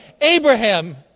Abraham